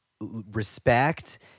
respect